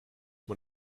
man